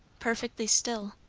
perfectly still.